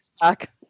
back